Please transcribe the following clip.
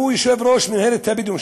יושב-ראש מינהלת הבדואים,